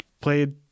Played